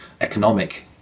economic